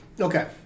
Okay